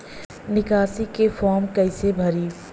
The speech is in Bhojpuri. निकासी के फार्म कईसे भराई?